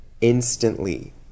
instantly